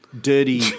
dirty